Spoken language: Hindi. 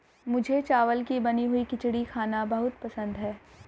मुझे चावल की बनी हुई खिचड़ी खाना बहुत पसंद है